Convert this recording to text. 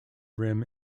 rim